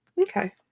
Okay